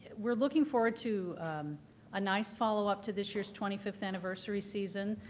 we're looking forward to a nice follow-up to this year's twenty fifth anniversary season.